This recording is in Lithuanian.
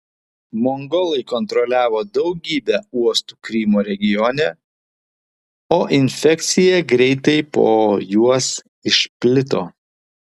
mongolai kontroliavo daugybę uostų krymo regione o infekcija greitai po juos išplito